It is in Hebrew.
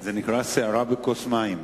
זה נקרא "סערה בכוס מים".